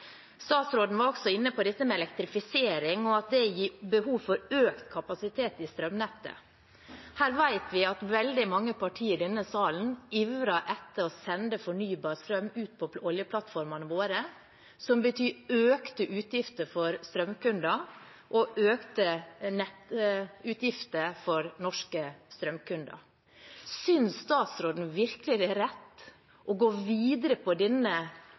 Statsråden var også inne på elektrifisering og at det gir behov for økt kapasitet i strømnettet. Vi vet at veldig mange partier i denne salen ivrer etter å sende fornybar strøm ut på oljeplattformene våre, som betyr økte utgifter for norske strømkunder. Synes statsråden virkelig det er rett å gå videre med denne